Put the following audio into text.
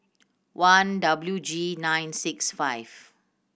one W G nine six five